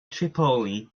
tripoli